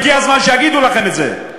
והגיע הזמן שיגידו לכם את זה.